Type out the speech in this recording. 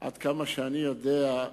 עד כמה שאני יודע,